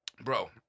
Bro